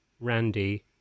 Randy